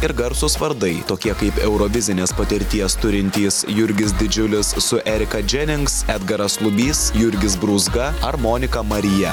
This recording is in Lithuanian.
ir garsūs vardai tokie kaip eurovizinės patirties turintys jurgis didžiulis su erika dženings edgaras lubys jurgis brūzga ar monika marija